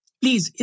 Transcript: please